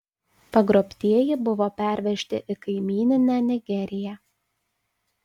pagrobtieji buvo pervežti į kaimyninę nigeriją